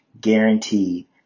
guaranteed